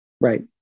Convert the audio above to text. Right